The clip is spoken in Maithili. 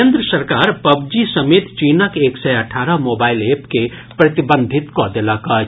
केन्द्र सरकार पबजी समेत चीनक एक सय अठारह मोबाइल एप के प्रतिबंधित कऽ देलक अछि